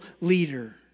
leader